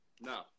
No